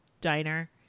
diner